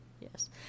yes